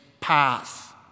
path